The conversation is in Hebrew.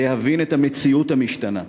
להבין את המציאות המשתנה,